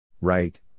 Right